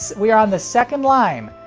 we are on the second line,